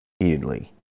repeatedly